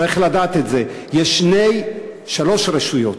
צריך לדעת את זה, יש שלוש רשויות: